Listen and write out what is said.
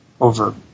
over